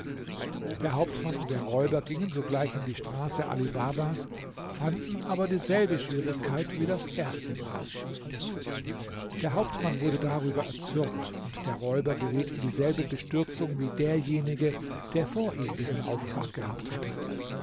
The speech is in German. der hauptmann und der räuber gingen sogleich in die straße ali babas fanden aber dieselbe schwierigkeit wie das erste mal der hauptmann wurde darüber erzürnt und der räuber geriet in dieselbe bestürzung wie derjenige der vor ihm diesen auftrag gehabt hatte